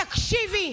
ותקשיבי.